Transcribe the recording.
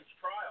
trial